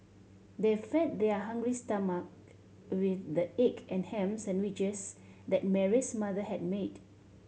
they fed their hungry stomach with the egg and ham sandwiches that Mary's mother had made